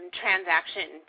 transaction